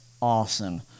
awesome